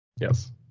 Yes